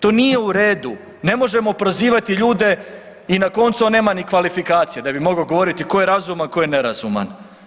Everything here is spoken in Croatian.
To nije u redu, ne možemo prozivati ljude i na koncu on nema ni kvalifikacije da bi mogao govoriti ko je razuman, ko je nerazuman.